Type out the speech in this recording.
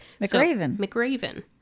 McRaven